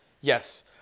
Yes